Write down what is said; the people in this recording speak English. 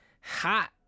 hot